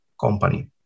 company